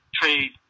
trade